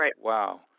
wow